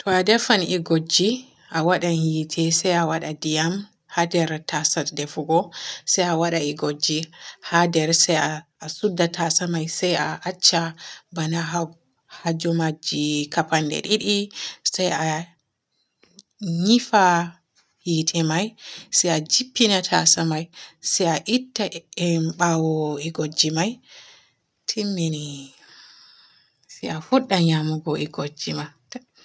To a defan e gojje, a waadan e yiite se a waada ndiyam haa nder tasa defugo, se a waada e gojje haa nder se a suudda tasa me say a acca bana haa-haju majji kap pande didi, se a yiifa yiite may se a jippina tasa may se a itta e ɓaawo e gojji may, timmini se a fudda nyamugo e gojji ma.